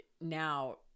now